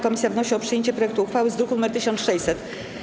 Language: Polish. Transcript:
Komisja wnosi o przyjęcie projektu uchwały z druku nr 1600.